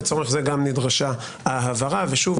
לצורך זה גם נדרשה ההבהרה ושוב,